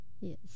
Yes